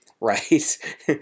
right